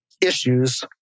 issues